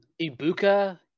Ibuka